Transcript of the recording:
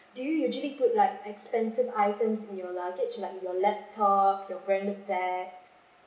do you usually put like expensive items in your luggage like your laptop your branded bags